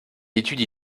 étudie